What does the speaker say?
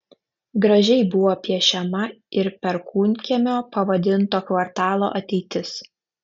gražiai buvo piešiama ir perkūnkiemiu pavadinto kvartalo ateitis